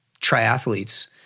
triathletes